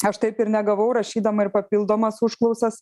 aš taip ir negavau rašydama ir papildomas užklausas